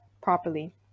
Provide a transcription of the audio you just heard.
properly